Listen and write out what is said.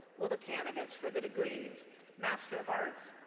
will the candidates for the degrees master of arts,